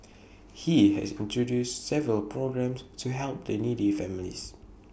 he has introduced several programmes to help the needy families